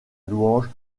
louange